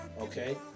Okay